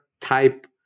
type